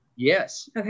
Yes